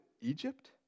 Egypt